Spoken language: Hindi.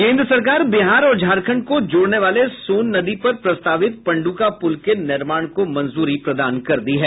केन्द्र सरकार ने बिहार और झारखंड को जोड़ने वाले सोन नदी पर प्रस्तावित पंड्का पुल के निर्माण को मंजूरी प्रदान कर दी है